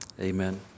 Amen